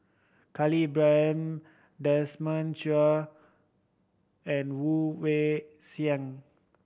Khalil Ibrahim Desmond Choo and Woon Wah Siang